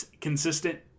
consistent